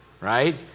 right